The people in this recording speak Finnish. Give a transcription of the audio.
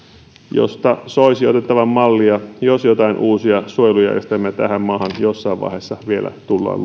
josta soisi otettavan mallia jos jotain uusia suojelujärjestelmiä tähän maahan jossain vaiheessa vielä tullaan